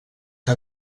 que